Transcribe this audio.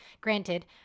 granted –